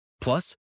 Plus